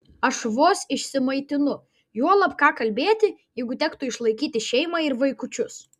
aš vos išsimaitinu juolab ką kalbėti jeigu tektų išlaikyti šeimą ir vaikučius